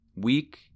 Weak